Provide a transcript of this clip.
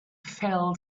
fell